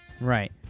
Right